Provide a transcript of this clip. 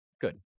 good